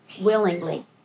willingly